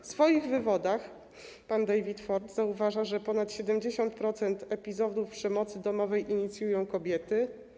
W swoich wywodach pan David F. Forte zauważa, że ponad 70% epizodów przemocy domowej inicjują kobiety.